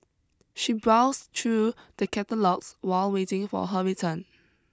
she browsed through the catalogues while waiting for her return